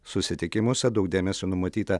susitikimuose daug dėmesio numatyta